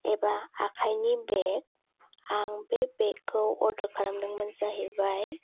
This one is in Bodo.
एबा आखायनि बेग आं बे बेगखौ अरदार खालामदोंमोन जाहैबाय